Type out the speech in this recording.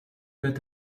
mit